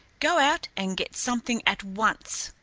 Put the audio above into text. go out and get something at once.